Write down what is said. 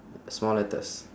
small letters